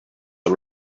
are